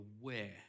aware